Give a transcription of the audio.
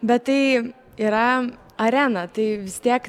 bet tai yra arena tai vis tiek